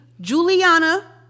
Juliana